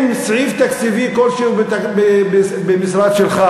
אם סעיף תקציבי כלשהו במשרד שלך,